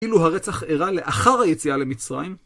כאילו הרצח אירע לאחר היציאה למצרים.